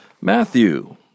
Matthew